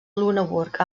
lüneburg